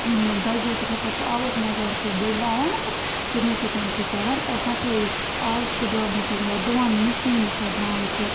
ٲں دَجیٚو سۭتۍ پَتہٕ چھِ آبَس منٛز سُہ بٔڑھناوان تٔمے سۭتۍ چھِ کَران ٲں صفٲیی آز چھِ درٛامٕژ وۄنۍ ڈُوَن مِشیٖن چھِ درٛامٕژ